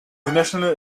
national